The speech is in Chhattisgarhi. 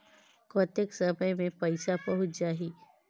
कतेक समय मे पइसा पहुंच जाही?